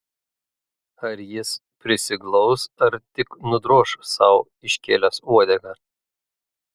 ar jis prisiglaus ar tik nudroš sau iškėlęs uodegą